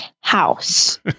house